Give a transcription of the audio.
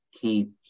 keep